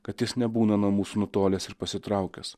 kad jis nebūna nuo mūsų nutolęs ir pasitraukęs